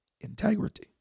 integrity